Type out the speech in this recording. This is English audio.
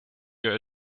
your